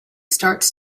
starts